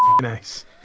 nice